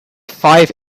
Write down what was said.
five